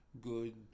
good